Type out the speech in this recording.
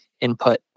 input